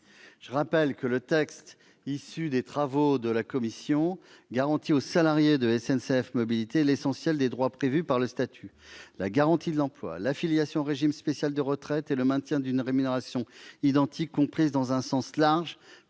le rappelle, le texte issu des travaux de la commission garantit aux salariés de SNCF Mobilités l'essentiel des droits prévus par le statut : la garantie de l'emploi, l'affiliation au régime spécial de retraites et le maintien d'une rémunération identique comprise dans un sens large-